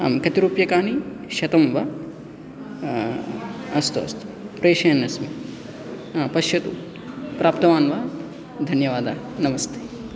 आं कति रूप्यकाणि शतं वा अस्तु अस्तु प्रेषयन्नस्मि पश्यतु प्राप्तवान् वा धन्यवादः नमस्ते